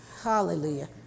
Hallelujah